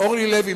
אורלי לוי,